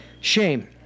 shame